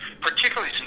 particularly